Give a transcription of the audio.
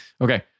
okay